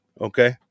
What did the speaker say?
Okay